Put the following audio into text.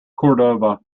cordova